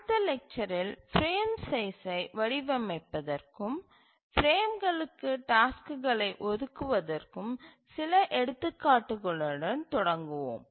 அடுத்த லெக்சரில் பிரேம் சைஸ்சை வடிவமைப்பதற்கும் பிரேம்களுக்கு டாஸ்க்குகளை ஒதுக்குவதற்கும் சில எடுத்துக்காட்டுகளுடன் தொடங்குவோம்